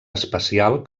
espacial